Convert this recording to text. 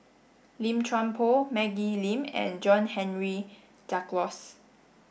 Lim Chuan Poh Maggie Lim and John Henry Duclos